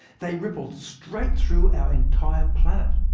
they rippled straight through our entire planet.